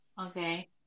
okay